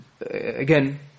Again